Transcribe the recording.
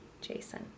Jason